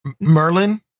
Merlin